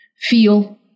feel